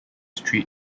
treat